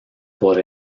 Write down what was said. por